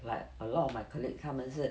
but a lot of my colleague 他们是